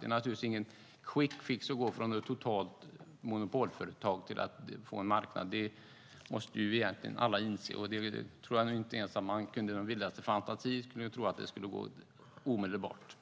Det är ingen quick fix att gå från ett totalt monopolföretag till att få en marknad. Det måste alla inse. Man kunde inte ens i sin vildaste fantasi tro att det skulle gå omedelbart.